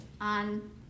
on